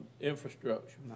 infrastructure